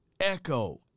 echo